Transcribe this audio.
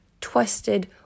twisted